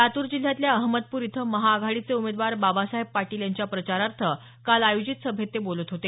लातूर जिल्ह्यातल्या अहमदपूर इथं महाआघाडीचे उमेदवार बाबासाहेब पाटील यांच्या प्रचारार्थ काल आयोजित सभेत ते बोलत होते